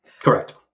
Correct